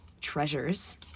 treasures